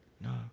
No